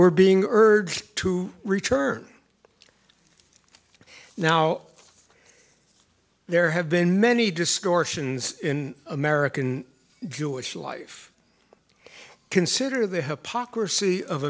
were being urged to return now there have been many discourse ins in american jewish life consider the hypocrisy of